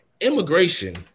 Immigration